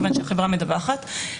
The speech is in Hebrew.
כיוון שהחברה מדווחת.